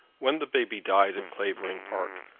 when the baby died at clavering park,